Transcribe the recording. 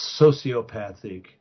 sociopathic